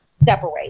separate